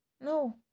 No